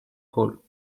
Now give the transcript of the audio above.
hall